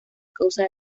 causa